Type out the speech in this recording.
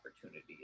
opportunity